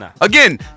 Again